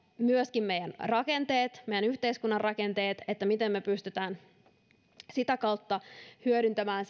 myöskin meidän rakenteemme meidän yhteiskuntamme rakenteet miten me pystymme sitä kautta hyödyntämään